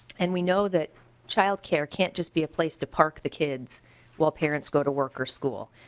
and we know that childcare can't just be a place to park the kids while parent go to work or school.